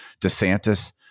DeSantis